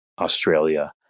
Australia